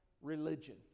religion